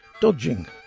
Dodging